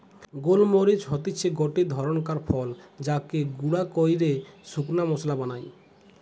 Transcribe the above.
গোল মরিচ হতিছে গটে ধরণকার ফল যাকে গুঁড়া কইরে শুকনা মশলা বানায়